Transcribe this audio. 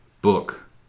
book